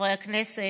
חברי הכנסת,